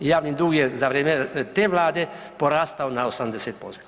Javni dug je za vrijeme te vlade porastao na 80%